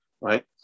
right